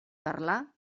parlar